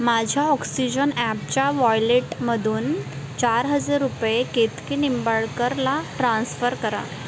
माझ्या ऑक्सिजन ॲपच्या वॉलेटमधून चार हजार रुपये केतकी निंबाळकरला ट्रान्स्फर करा